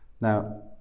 Now